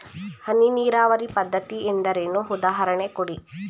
ಹನಿ ನೀರಾವರಿ ಪದ್ಧತಿ ಎಂದರೇನು, ಉದಾಹರಣೆ ಕೊಡಿ?